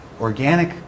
Organic